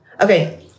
Okay